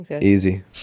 Easy